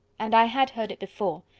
and i had heard it before.